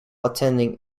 attending